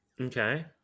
Okay